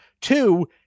Two